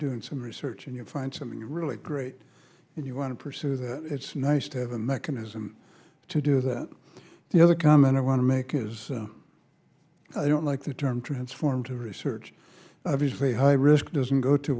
doing some research and you find something really great and you want to pursue that it's nice to have a mechanism to do that the other comment i want to make is i don't like the term transformed to research these very high risk doesn't go to